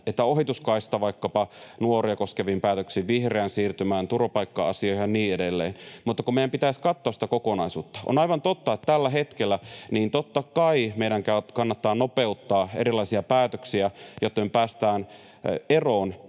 ohituskaista vaikkapa nuoria koskeviin päätöksiin, vihreään siirtymään, turvapaikka-asioihin ja niin edelleen, mutta meidän pitäisi katsoa sitä kokonaisuutta. On aivan totta, että tällä hetkellä, totta kai, meidän kannattaa nopeuttaa erilaisia päätöksiä, jotta päästään eroon